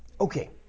Okay